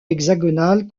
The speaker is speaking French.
hexagonal